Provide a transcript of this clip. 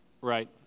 Right